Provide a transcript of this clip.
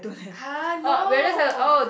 !huh! no